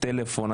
טלפון,